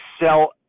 sell